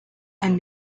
and